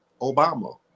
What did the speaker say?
Obama